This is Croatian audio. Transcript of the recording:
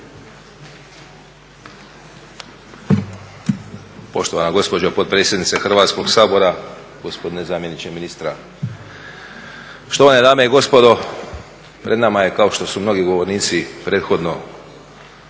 Poštovana gospođo potpredsjednice Hrvatskog sabora, gospodine zamjeniče ministra, štovane dame i gospodo. Pred nama je kao što su mnogi govornici prethodno